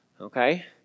okay